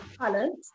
talent